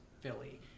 philly